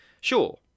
sure